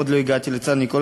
עוד לא הגעתי לצאר ניקולאי.